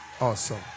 Awesome